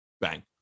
Bang